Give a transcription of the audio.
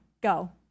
Go